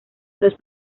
los